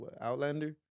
Outlander